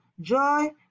joy